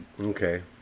Okay